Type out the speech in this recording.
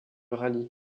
rallye